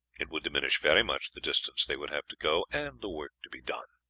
it would diminish very much the distance they would have to go and the work to be done.